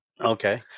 Okay